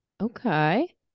Okay